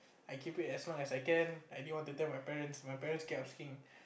I keep it as long as I can I didn't want to tell my parents my parents kept asking